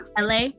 LA